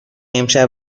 امشب